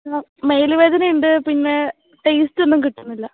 ആ മേലുവേദനയുണ്ട് പിന്നേ ടേസ്റ്റൊന്നും കിട്ടുന്നില്ല